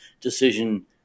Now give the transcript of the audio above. decision